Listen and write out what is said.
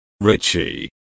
Richie